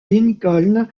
lincoln